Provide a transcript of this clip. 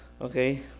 Okay